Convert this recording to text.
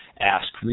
ask